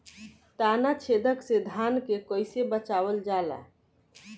ताना छेदक से धान के कइसे बचावल जाला?